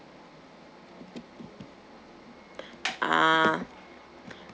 ah